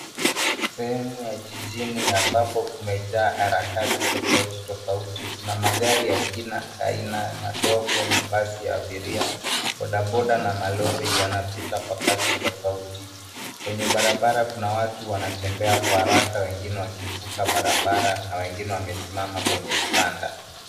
Sehemu ya jijini ambapo kumejaa harakati tofautitofauti. Kuna magari ya kila aina, madogo, mabasi ya abiria, bodaboda na malori yanapita kwa kasi tofauti. Kwenye barabra kuna watu wanatembea kwa haraka wengine wakivuka barabara na wengine wamesimama kwenye vibanda.